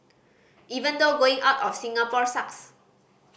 even though going out of Singapore sucks